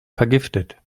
vergiftet